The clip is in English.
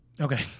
Okay